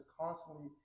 constantly